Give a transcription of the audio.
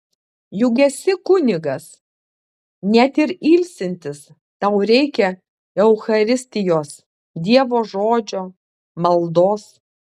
juk esi kunigas net ir ilsintis tau reikia eucharistijos dievo žodžio maldos